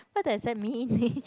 what does that mean